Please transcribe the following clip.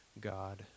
God